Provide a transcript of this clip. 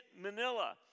Manila